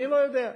אני לא יודע,